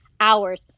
Hours